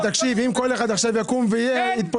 אם כל אחד עכשיו יקום וידבר,